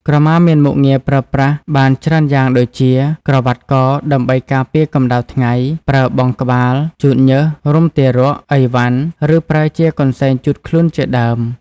ក្រមាមានមុខងារប្រើប្រាស់បានច្រើនយ៉ាងដូចជា ក្រវាត់កដើម្បីការពារកម្ដៅថ្ងៃ ប្រើបង់ក្បាល ជូតញើស រុំទារក អីវ៉ាន់ ឫប្រើជាកន្សែងជូតខ្លួនជាដើម។